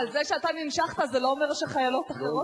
אבל זה שאתה ננשכת לא אומר שחיילות אחרות צריכות,